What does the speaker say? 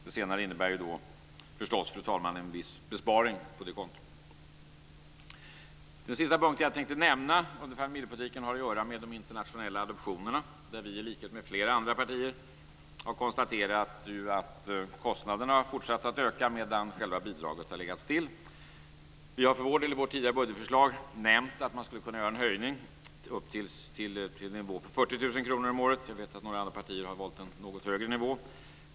Det senare innebär förstås, fru talman, en viss besparing på det kontot. Den sista punkten jag tänkte nämna under området familjepolitiken gäller de internationella adoptionerna. Vi har, i likhet med flera andra partier, konstaterat att kostnaderna har fortsatt att öka medan själva bidraget har legat still. Vi har för vår del i vårt budgetförslag nämnt att man skulle kunna höja till 40 000 kr om året. Jag vet att några andra partier har valt en något högre nivå.